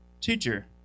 Teacher